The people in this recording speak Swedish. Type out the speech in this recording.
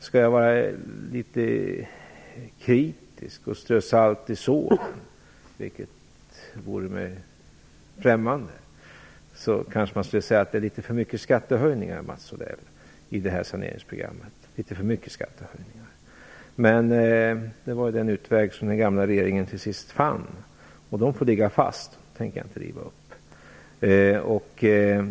Skall jag vara litet kritisk och strö salt i såren, vilket vore mig främmande, kanske jag skulle säga att det är litet för mycket skattehöjningar i detta saneringsprogram, Mats Odell. Men det var den utväg som den förra regeringen till sist fann, och det får ligga fast. Jag tänker inte riva upp det.